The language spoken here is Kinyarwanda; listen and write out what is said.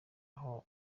aho